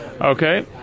Okay